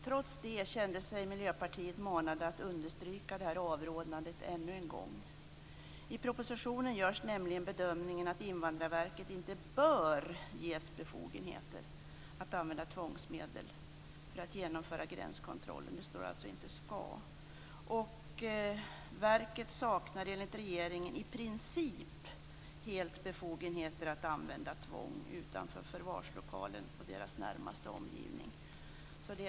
Trots det kände sig Miljöpartiet manat att understryka denna avrådan ännu en gång. I propositionen görs bedömningen att Invandrarverket inte bör ges befogenhet att använda tvångsmedel för att genomföra gränskontrollen. Det står alltså inte skall. Verket saknar enligt regeringen i princip helt befogenhet att använda tvång utanför försvarslokalerna och deras närmaste omgivningar.